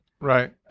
Right